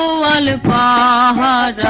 ah la la la la